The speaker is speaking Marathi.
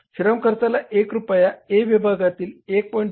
श्रम खर्चाचा 1 रुपया A विभागातील 1